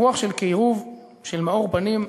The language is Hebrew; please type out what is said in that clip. רוח של קירוב, של מאור פנים,